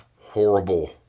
horrible